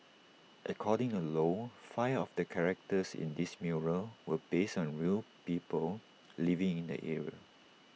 according to low five of the characters in this mural were based on real people living in the area